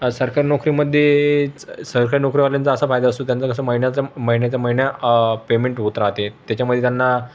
सरकारी नोकरीमध्येच सरकारी नोकरीवाल्यांचा असा फायदा असतो त्यांच कसं महिन्याचा महिन्याचा महिन्या आ पेमेंट होत राहते त्याच्यामुळे त्यांना